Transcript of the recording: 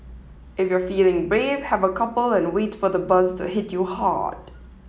if you're feeling brave have a couple and wait for the buzz to hit you hard